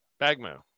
Bagmo